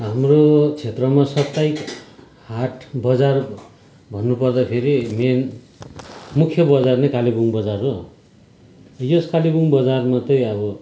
हाम्रो क्षेत्रमा सबै हाट बजार भन्नुपर्दाखेरि मेन मुख्य बजार नै कालिम्पोङ बजार हो यस कालिम्पोङ बजार मात्रै अब